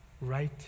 right